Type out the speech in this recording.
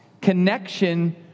connection